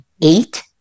eight